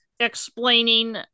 explaining